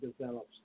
develops